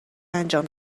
انجام